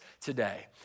today